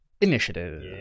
initiative